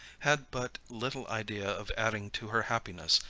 had but little idea of adding to her happiness,